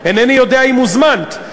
אינני יודע אם הוזמנת,